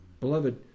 Beloved